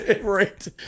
Right